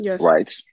Right